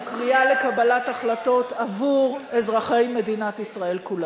הוא קריאה לקבלת החלטות עבור אזרחי מדינת ישראל כולם.